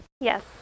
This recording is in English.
Yes